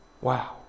Wow